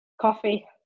Coffee